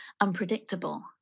unpredictable